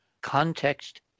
Context